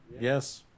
Yes